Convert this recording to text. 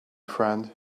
friend